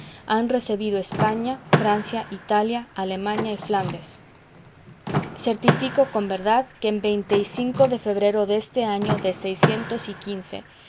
han recebido españa francia italia alemania y flandes certifico con verdad que en veinte y cinco de febrero deste año de seiscientos y quince